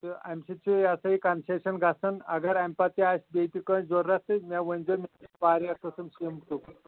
تہٕ اَمہِ سۭتۍ چھِ یہِ ہَسا یہِ کَنسیشَن گژھان اگر اَمہِ پَتہٕ تہِ آسہِ بیٚیہِ تہِ کٲنٛسہِ ضروٗرت تہٕ مےٚ ؤنۍ زیو واریاہ قٕسٕم چھِ ییٚمکٕے